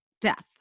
death